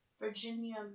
Virginia